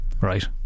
right